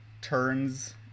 turns